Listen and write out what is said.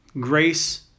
grace